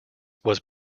was